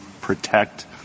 protect